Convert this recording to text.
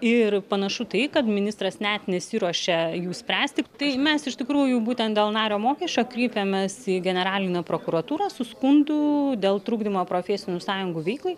ir panašu tai kad ministras net nesiruošė jų spręsti tai mes iš tikrųjų būtent dėl nario mokesčio kreipėmės į generalinę prokuratūrą su skundų dėl trukdymo profesinių sąjungų veiklai